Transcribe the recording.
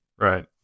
right